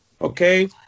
Okay